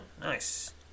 nice